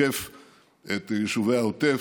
תוקף את יישובי העוטף,